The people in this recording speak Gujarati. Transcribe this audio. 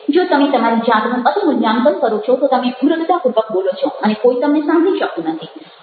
જો તમે તમારી જાતનું અતિ મૂલ્યાંકન કરો છો તો તમે મ્રુદુતાપૂર્વક બોલો છો અને કોઈ તમને સાંભળી શકતું નથી